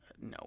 No